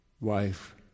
wife